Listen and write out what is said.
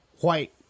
white